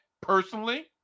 personally